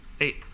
eight